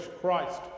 Christ